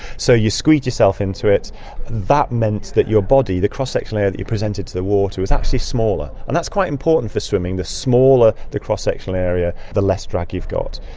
so you squeeze yourself into it, and that meant that your body. the cross-sectional layer that you presented to the water is actually smaller, and that's quite important for swimming. the smaller the cross-sectional area, the less drag you've got.